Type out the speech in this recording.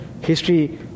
history